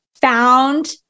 found